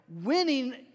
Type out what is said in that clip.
Winning